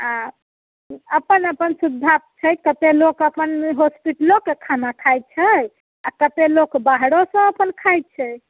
आ अपन अपन सुविधा छै कतेक लोक अपन होस्पिटलोके खाना खाइत छै आ कतेक लोक बाहरोसँ अपन खाइत छै